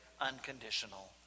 unconditional